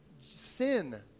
sin